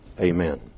amen